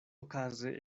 okaze